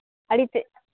ᱟᱹᱰᱤ ᱛᱮᱫ